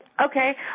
Okay